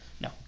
No